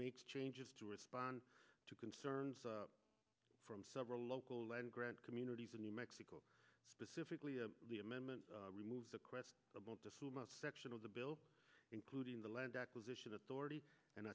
makes changes to respond to concerns from several local land grant communities in new mexico specifically the amendment remove the quest section of the bill including the land acquisition authority and